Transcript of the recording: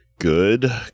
Good